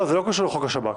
לא, זה לא קשור לחוק השב"כ.